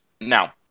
Now